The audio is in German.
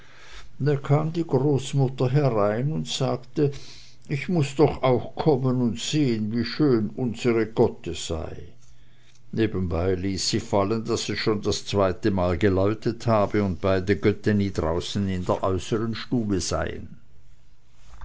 da kam die großmutter herein und sagte ich muß doch auch kommen und sehen wie schön unsere gotte sei nebenbei ließ sie fallen daß es schon das zweite zeichen geläutet habe und beide götten draußen in der äußern stube seien